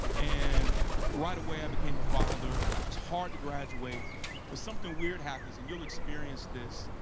and right away i became a father. it was hard to graduate but something weird happens and you'll experience this.